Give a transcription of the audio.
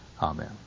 Amen